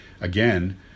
again